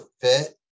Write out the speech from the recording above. fit